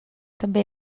també